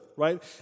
Right